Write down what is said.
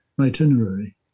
itinerary